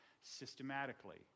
systematically